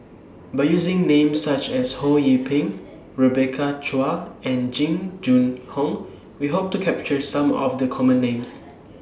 By using Names such as Ho Yee Ping Rebecca Chua and Jing Jun Hong We Hope to capture Some of The Common Names